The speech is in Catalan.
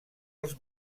els